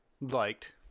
liked